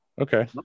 Okay